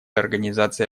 организации